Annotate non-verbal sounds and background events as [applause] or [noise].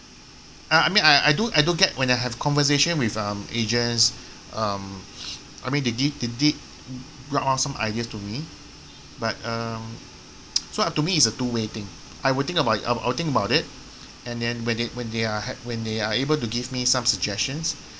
I mean I I do I do get when I have conversation with um agents um I mean they did they did ground out some ideas to me but um [noise] so uh to me is a two way thing I will think about it I I will think about it and then when they when they are had when they are able to give me some suggestions